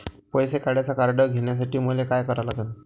पैसा काढ्याचं कार्ड घेण्यासाठी मले काय करा लागन?